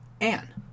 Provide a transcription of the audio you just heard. Anne